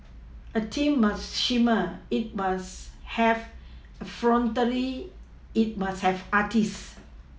a team must shimmer it must have effrontery it must have artists